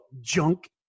junk